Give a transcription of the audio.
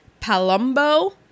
Palumbo